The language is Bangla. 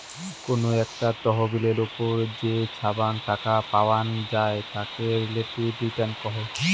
কোনো একটা তহবিলের ওপর যে ছাব্যাং টাকা পাওয়াং যাই তাকে রিলেটিভ রিটার্ন কহে